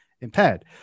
impaired